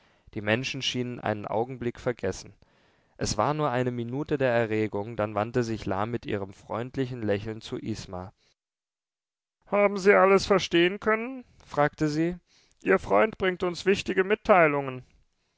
die menschen schienen einen augenblick vergessen es war nur eine minute der erregung dann wandte sich la mit ihrem freundlichen lächeln zu isma haben sie alles verstehen können fragte sie ihr freund bringt uns wichtige mitteilungen